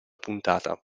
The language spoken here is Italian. puntata